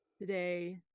today